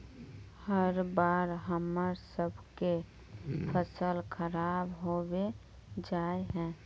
हर बार हम्मर सबके फसल खराब होबे जाए है?